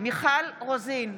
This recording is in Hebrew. מיכל רוזין,